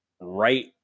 right